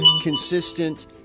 consistent